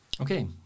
Okay